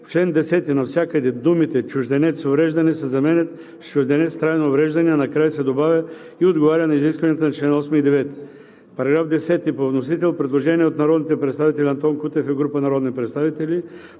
чл. 10 навсякъде думите „чужденец с увреждания“ се заменят с „чужденец с трайно увреждане“, а накрая се добавя „и отговаря на изискванията на чл. 8 и 9“.“ По § 10 на вносител има предложение от народните представители Антон Кутев и група народни представители: